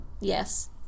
yes